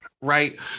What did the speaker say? right